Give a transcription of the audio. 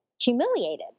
humiliated